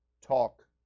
talk